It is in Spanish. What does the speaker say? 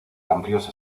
amplios